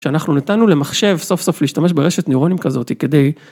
‫שאנחנו נתנו למחשב סוף סוף ‫להשתמש ברשת נוירונים כזאת כדי...